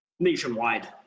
Nationwide